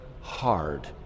hard